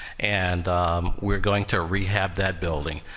and we're going to rehab that building.